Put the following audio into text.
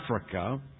Africa